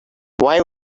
why